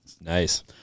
Nice